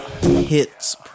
Hits